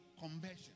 conversion